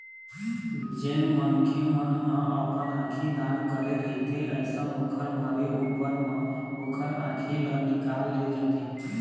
जेन मनखे मन ह अपन आंखी दान करे रहिथे अइसन ओखर मरे ऊपर म ओखर आँखी ल निकाल ले जाथे